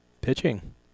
Pitching